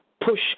push